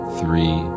three